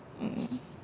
mm